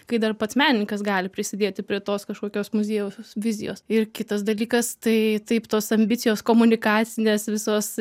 kai dar pats menininkas gali prisidėti prie tos kažkokios muziejaus vizijos ir kitas dalykas tai taip tos ambicijos komunikacinės visos